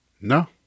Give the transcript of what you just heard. No